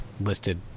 listed